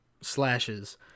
slashes